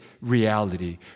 reality